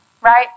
right